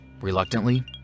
Reluctantly